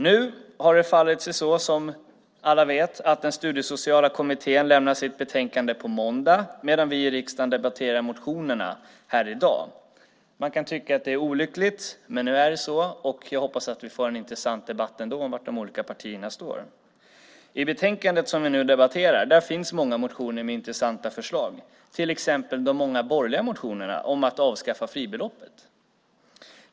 Nu har det fallit sig så, som alla vet, att den studiesociala kommittén lämnar sitt betänkande på måndag, medan vi i riksdagen debatterar motionerna här i dag. Man kan tycka att det är olyckligt, men nu är det så. Jag hoppas att vi ändå får en intressant debatt om var de olika partierna står. I betänkandet som vi nu debatterar finns många motioner med intressanta förslag, till exempel de många borgerliga motionerna om att avskaffa fribeloppet.